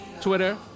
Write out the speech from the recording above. Twitter